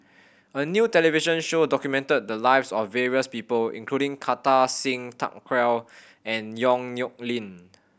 a new television show documented the lives of various people including Kartar Singh Thakral and Yong Nyuk Lin